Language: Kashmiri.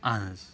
اَہن حظ